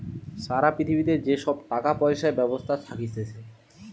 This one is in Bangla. সারা পৃথিবীতে যে সব টাকা পয়সার ব্যবস্থা থাকতিছে